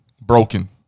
broken